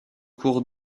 cours